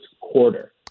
quarter